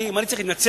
אם אני צריך להתנצל,